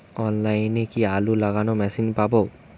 অনলাইনে কি আলু লাগানো মেশিন পাব?